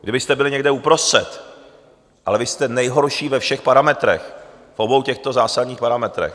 Kdybyste byli někde uprostřed, ale vy jste nejhorší ve všech parametrech, v obou těchto zásadních parametrech.